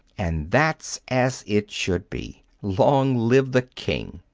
and that's as it should be. long live the king!